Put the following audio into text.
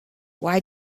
why